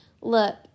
Look